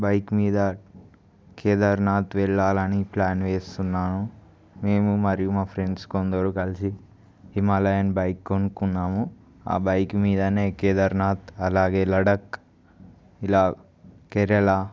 bike మీద కేదర్నాధ్ వెళ్ళాలని plan వేస్తున్నాను మేము మరియు మా ఫ్రెండ్స్ కొందరు కలిసి హిమాలయాన్ బైక్ కొనుక్కున్నాము ఆ బైక్ మీదనే కేదర్నాధ్ అలాగే లడక్ ఇలా కేరళ